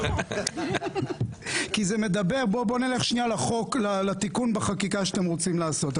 בוא נלך לתיקון בחקיקה שאתם רוצים לעשות.